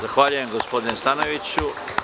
Zahvaljujem, gospodine Stanojeviću.